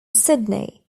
sydney